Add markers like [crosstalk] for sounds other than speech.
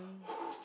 [breath]